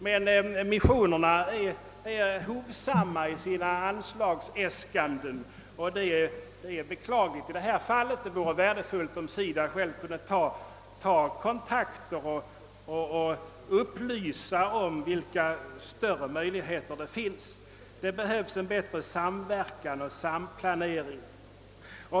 Men missionen är alltför hovsam i sina anslagsäskanden, och det är i detta fall beklagligt. Det vore värdefullt om SIDA kunde ta kontakt och upplysa om vilka större möjligheter som finns. Det behövs en bättre kommunikation och samverkan.